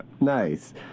Nice